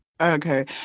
okay